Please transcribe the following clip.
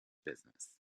business